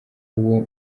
uwo